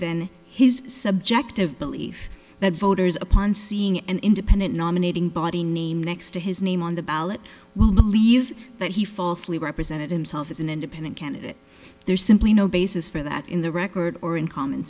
than his subjective belief that voters upon seeing an independent nominating body name next to his name on the ballot well believe that he falsely represented himself as an independent candidate there's simply no basis for that in the record or in common